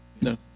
No